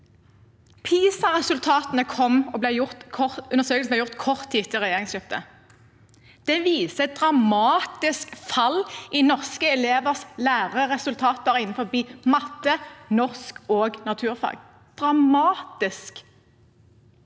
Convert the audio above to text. undersøkelsene ble gjort, kort tid etter regjeringsskiftet. De viste et dramatisk fall i norske elevers læringsresultater innen matte, norsk og naturfag – dramatisk.